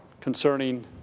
concerning